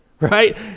right